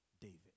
David